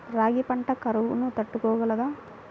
రాగి పంట కరువును తట్టుకోగలదా?